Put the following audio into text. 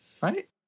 Right